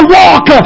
walk